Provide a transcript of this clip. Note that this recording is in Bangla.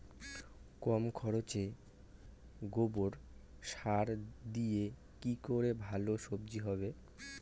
কম খরচে গোবর সার দিয়ে কি করে ভালো সবজি হবে?